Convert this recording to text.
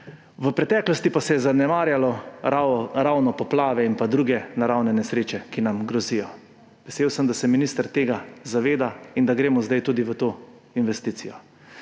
V preteklosti pa se je zanemarjalo ravno poplave in druge naravne nesreče, ki nam grozijo. Vesel sem, da se minister tega zaveda in da gremo zdaj tudi v to investicijo.